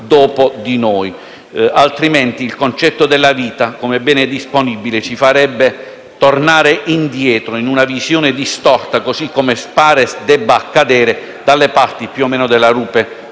altrimenti il concetto della vita come bene disponibile ci farebbe tornare indietro in una visione distorta, così come pare debba accadere dalle parti della rupe